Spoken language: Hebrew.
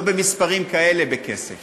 לא במספרים כאלה בכסף